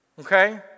Okay